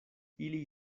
ili